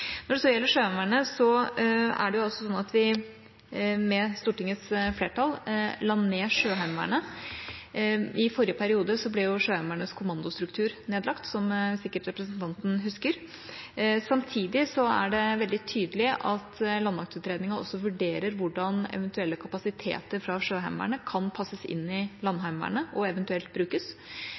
Når det gjelder Sjøheimevernet, er det også sånn at man med Stortingets flertall la ned Sjøheimevernet. I forrige periode ble Sjøheimevernets kommandostruktur nedlagt, som representanten sikkert husker. Samtidig er det veldig tydelig at landmaktutredningen også vurderer hvordan eventuelle kapasiteter fra Sjøheimevernet kan passes inn i Landheimevernet – og eventuelt brukes.